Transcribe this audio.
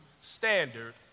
standard